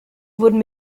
wurden